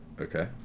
Okay